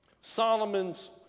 Solomon's